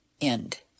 End